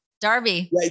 Darby